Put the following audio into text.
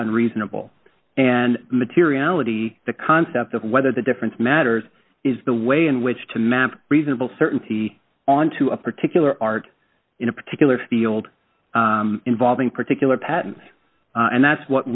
unreasonable and materiality the concept of whether the difference matters is the way in which to map reasonable certainty onto a particular art in a particular field involving particular patent and that's what